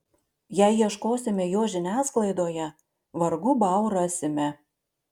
jei ieškosime jo žiniasklaidoje vargu bau rasime